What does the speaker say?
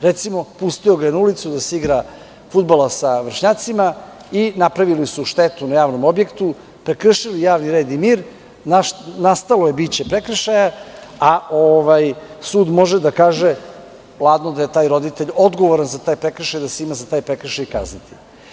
Recimo, pustio ga je na ulicu da se igra fudbala sa vršnjacima i napravili su štetu na javnom objektu, prekršili javni red i mir, nastalo je biće prekršaja a sud može da kaže da je taj roditelj odgovoran za taj prekršaj i da se ima za taj prekršaj kazniti.